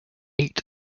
eight